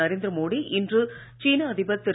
நரேந்திர மோடி இன்று சீன அதிபர் திரு